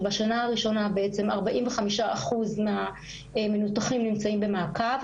שבשנה הראשונה 45 אחוז מהמנותחים נמצאים במעקב,